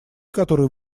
который